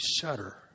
shudder